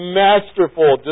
masterful